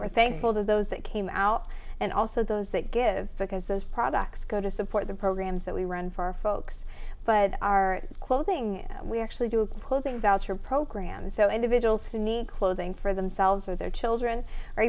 we're thankful to those that came out and also those that give because those products go to support the programs that we run for our folks but our clothing we actually do a closing voucher program so individuals who need clothing for themselves or their children are